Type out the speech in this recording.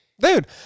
Dude